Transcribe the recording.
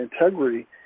Integrity